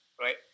right